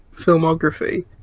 filmography